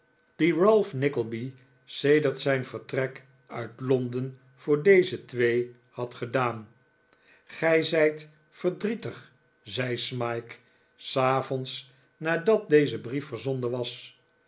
die ralph nickleby sedert zijn vertrek uit londen voor deze twee had gedaan gij zijt verdrietig zei smike s avonds nadat deze brief verzonden was